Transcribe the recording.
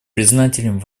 признателен